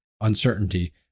uncertainty